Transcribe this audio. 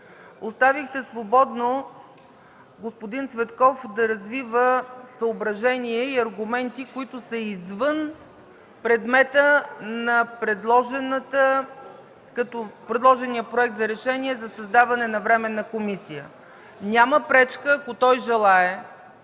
Оставихте свободно господин Цветков да развива съображения и аргументи, които са извън предмета на предложения Проект за решение за създаване на временна комисия. Няма пречка, ако той желае,